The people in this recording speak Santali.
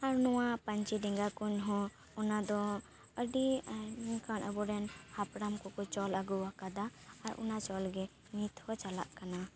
ᱟᱨ ᱱᱚᱣᱟ ᱯᱟ ᱧᱪᱤ ᱰᱮᱸᱜᱟ ᱠᱚᱦᱚᱸ ᱚᱱᱟ ᱫᱚ ᱟᱹᱰᱤ ᱢᱮᱱᱠᱷᱟᱱ ᱟᱵᱚᱨᱮᱱ ᱦᱟᱯᱲᱟᱢ ᱠᱚᱠᱚ ᱪᱚᱞ ᱟᱜᱩᱭᱟᱠᱟᱫᱟ ᱚᱱᱟ ᱪᱚᱞ ᱜᱮ ᱱᱤᱛ ᱦᱚᱸ ᱪᱟᱞᱟᱜ ᱠᱟᱱᱟ